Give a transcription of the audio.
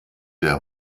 der